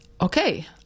okay